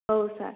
औ सार